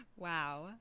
Wow